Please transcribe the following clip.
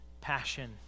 passion